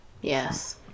Yes